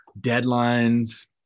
deadlines